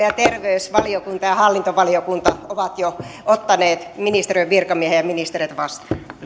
ja terveysvaliokunta ja ja hallintovaliokunta ottavat ministeriön virkamiehiä ja ministereitä vastaan